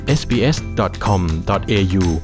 sbs.com.au